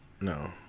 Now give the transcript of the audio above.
No